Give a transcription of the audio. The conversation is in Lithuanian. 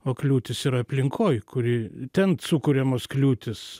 o kliūtys ir aplinkoj kuri ten sukuriamos kliūtys